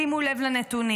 שימו לב לנתונים: